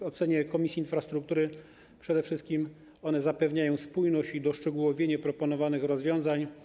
W ocenie Komisji Infrastruktury one przede wszystkim zapewniają spójność i doszczegółowienie proponowanych rozwiązań.